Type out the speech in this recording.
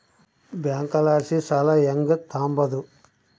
ಬ್ಯಾಂಕಲಾಸಿ ಸಾಲ ಹೆಂಗ್ ತಾಂಬದು?